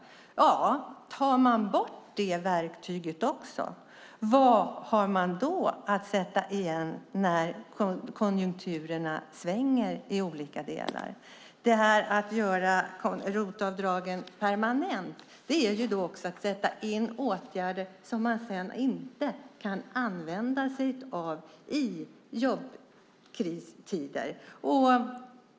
Om man tar bort också det verktyget, vad har man då att sätta emot när konjunkturerna svänger i olika delar? Att göra ROT-avdragen permanenta är att sätta in åtgärder som man sedan kan använda sig av i jobbkristider.